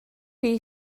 chi